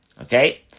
Okay